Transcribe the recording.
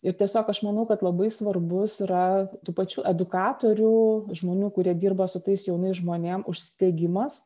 ir tiesiog aš manau kad labai svarbus yra tų pačių edukatorių žmonių kurie dirba su tais jaunais žmonėm užsidegimas